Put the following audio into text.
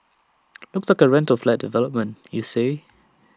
looks like A rental flat development you say